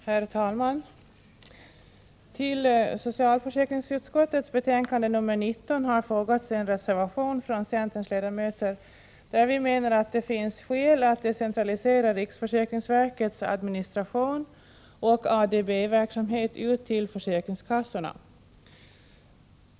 Herr talman! Till socialförsäkringsutskottets betänkande nr 19 har fogats en reservation från centerns ledamöter, där vi menar att det finns skäl att decentralisera riksförsäkringsverkets administration och ADB-verksamhet ut till försäkringskassorna.